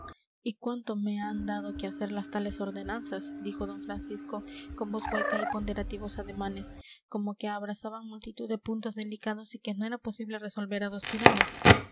y cuánto me han dado que hacer las tales ordenanzas dijo d francisco con voz hueca y ponderativos ademanes como que abrazaban multitud de puntos delicados y que no era posible resolver a dos tirones